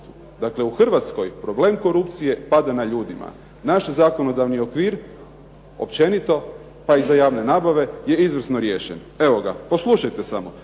Dakle u Hrvatskoj problem korupcije pada na ljudima, naš zakonodavni okvir općenito pa i za javne nabave je izvrsno riješen, evo ga poslušajte samo;